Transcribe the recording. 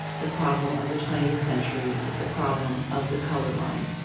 the problem of the twentieth century is the problem of the color line.